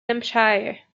hampshire